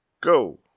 go